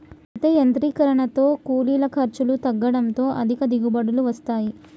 అయితే యాంత్రీకరనతో కూలీల ఖర్చులు తగ్గడంతో అధిక దిగుబడులు వస్తాయి